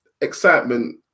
excitement